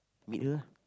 meet her lah